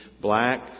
black